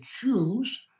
choose